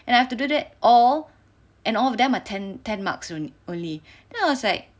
and I have to do that all and all of them are ten ten marks only then I was like